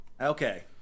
Okay